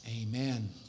Amen